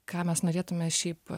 ką mes norėtume šiaip